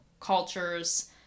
cultures